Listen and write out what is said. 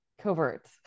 covert